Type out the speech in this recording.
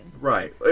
right